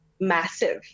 massive